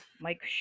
Mike